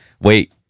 Wait